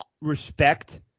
respect